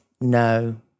No